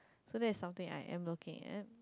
so that is something I am located